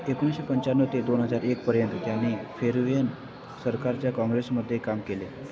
एकोणीशे पंचाण्णव ते दोन हजार एकपर्यंत त्याने फेरुवियन सरकारच्या काँग्रेसमध्ये काम केले